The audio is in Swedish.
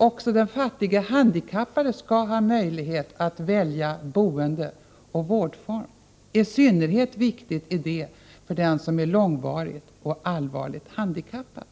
Även den fattige handikappade skall ha möjlighet att välja boendeoch vårdform. Synnerligen viktigt är detta för den som är långvarigt och allvarligt handikappad.